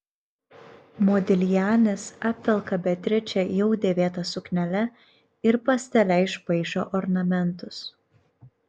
modiljanis apvelka beatričę jau dėvėta suknele ir pastele išpaišo ornamentus